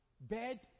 Bed